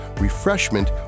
refreshment